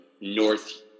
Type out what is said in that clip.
north